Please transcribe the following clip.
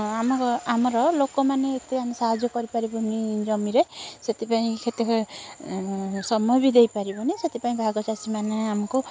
ଆମ ଗ ଆମର ଲୋକମାନେ ଏତେ ଆମେ ସାହାଯ୍ୟ କରିପାରିବୁନି ଜମିରେ ସେଥିପାଇଁ କ୍ଷେତରେ ସମୟ ବି ଦେଇପାରିବୁନି ସେଥିପାଇଁ ଭାଗଚାଷୀମାନେ ଆମକୁ